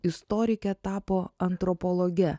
istorikė tapo antropologe